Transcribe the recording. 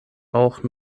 auch